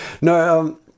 no